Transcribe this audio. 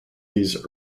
these